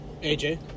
AJ